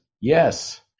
yes